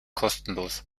kostenlos